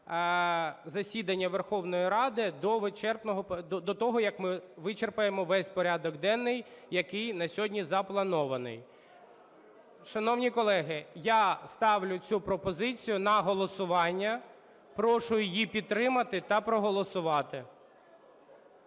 засідання Верховної Ради до того, як ми вичерпаємо весь порядок денний, який на сьогодні запланований. Шановні колеги, я ставлю цю пропозицію на голосування, прошу її підтримати та проголосувати.